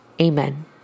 Amen